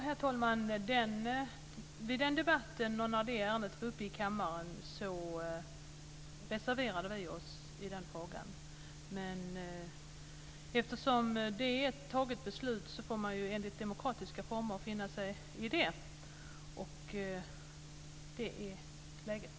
Herr talman! Vid den debatten, när det ärendet var upp i kammaren, reserverade vi oss i frågan. Eftersom detta är ett fattat beslut får man enligt demokratiska former finna sig i det. Det är läget.